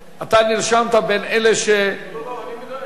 אתה נרשמת בין אלה, לא, אני אדבר.